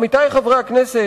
עמיתי חברי הכנסת,